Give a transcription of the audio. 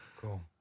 Cool